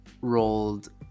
rolled